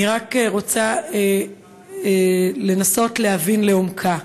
אני רק רוצה לנסות להבין אותה לעומקה.